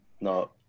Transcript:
No